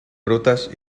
frutas